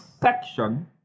section